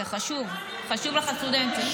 זה חשוב, חשוב לך, הסטודנטים.